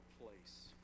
Place